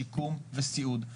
שיקום וסיעוד.